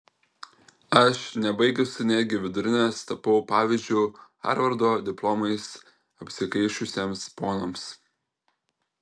aš nebaigusi netgi vidurinės tapau pavyzdžiu harvardo diplomais apsikaišiusiems ponams